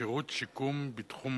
ועדת